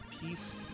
peace